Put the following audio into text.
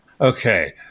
Okay